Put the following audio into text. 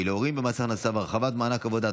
להורים במס הכנסה והרחבת מענק עבודה,